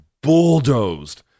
bulldozed